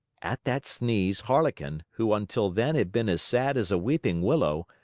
at that sneeze, harlequin, who until then had been as sad as a weeping willow,